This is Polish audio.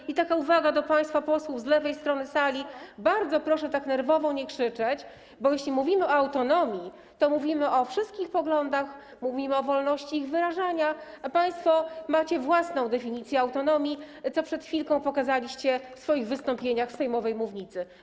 I taka uwaga do państwa posłów z lewej strony sali: Bardzo proszę tak nerwowo nie krzyczeć, bo jeśli mówimy o autonomii, to mówimy o wszystkich poglądach, mówimy o wolności ich wyrażania, a państwo macie własną definicję autonomii, co przed chwilką pokazaliście w swoich wystąpieniach z sejmowej mównicy.